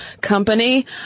company